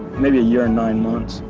maybe a year nine months,